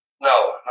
no